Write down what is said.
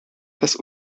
das